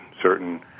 certain